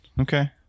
Okay